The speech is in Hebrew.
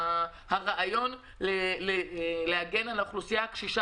הרעיון להגן על האוכלוסייה הקשישה